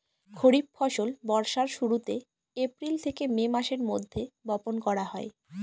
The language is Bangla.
খরিফ ফসল বর্ষার শুরুতে, এপ্রিল থেকে মে মাসের মধ্যে, বপন করা হয়